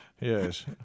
Yes